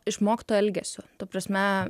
išmoktu elgesiu ta prasme